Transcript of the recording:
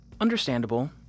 Understandable